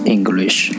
English